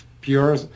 pure